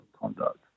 conduct